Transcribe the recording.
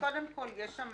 קודם כול, יש שם